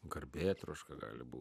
garbėtroška gali būt